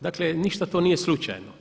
Dakle, ništa to nije slučajno.